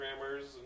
programmers